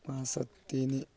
ପାଞ୍ଚ ଶହ ତିନି